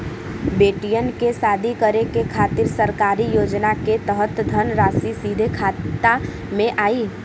बेटियन के शादी करे के खातिर सरकारी योजना के तहत धनराशि सीधे खाता मे आई?